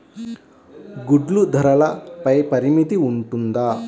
గుడ్లు ధరల పై పరిమితి ఉంటుందా?